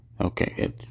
Okay